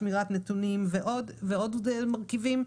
שמירת נתונים ועוד מרכיבים,